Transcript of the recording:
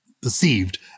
perceived